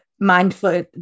mindful